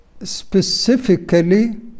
specifically